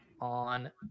on